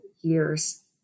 years